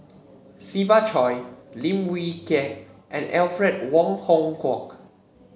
Siva Choy Lim Wee Kiak and Alfred Wong Hong Kwok